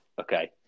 Okay